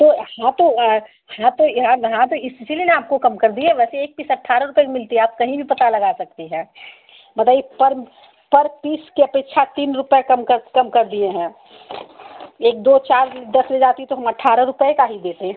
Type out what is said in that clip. तो हाँ तो हाँ तो यहाँ यहाँ पर इसीलिए ना आपको कम कर दिया वैसे एक पीस अट्ठारह रुपये की मिलती है आप कहीं भी पता लगा सकती हैं बताइए पर पर पीस की अपेक्षा तीन रुपये कम कर कम कर दिए हैं एक दो चार दस हो जाती तो हम अट्ठारह रुपये का ही देते